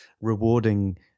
rewarding